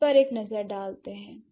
इस पर एक नजर डालते हैं